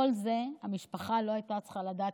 את כל זה המשפחה לא הייתה צריכה לדעת,